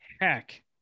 heck